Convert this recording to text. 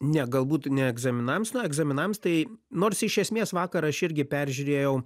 ne galbūt ne egzaminams na egzaminams tai nors iš esmės vakar aš irgi peržiūrėjau